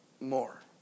more